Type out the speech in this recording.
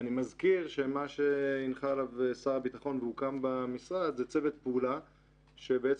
אני מזכיר שמה שהנחה עליו שר הביטחון והוקם במשרד זה צוות פעולה שלוקח